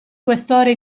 questore